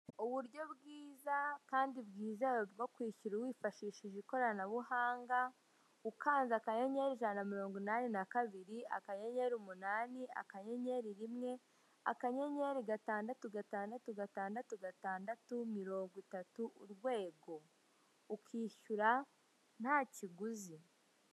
Uburyo bwiza kandi bwizewe bwo kwishyura wifashishije ikoranabuhanga, ukanze akanyenyeri, ijana, mirongo inani na kabiri, akanyenyeri umunani, akanyenyeri rimwe, akanyenyeri gatandatu, gatandatu, gatandatu, gatandatu, mirongo itatu, urwego ukishyura nta kiguzi.